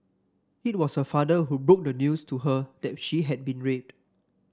it was her father who broke the news to her that she had been raped